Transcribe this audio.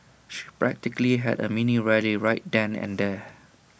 she practically had A mini rally right then and there